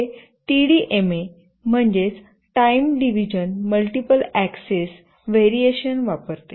हे टीडीएमए म्हणजे time division multiple access variation वापरते